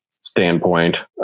standpoint